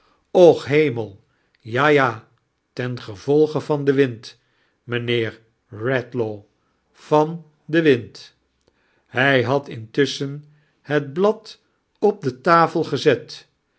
och hemel ja ja tengevolge van den wind mijnheer eedlaw van den wind hij had intusschen het blad op de tafel gezet